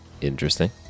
Interesting